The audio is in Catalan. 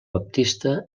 baptista